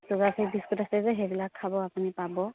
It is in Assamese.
চুগাৰ ফ্ৰী বিস্কুট আছে যে সেইবিলাক খাব আপুনি পাব